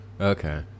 Okay